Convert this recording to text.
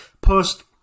post